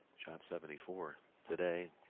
shot seventy-four today.